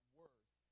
worse